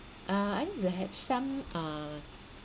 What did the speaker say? ah are you have some uh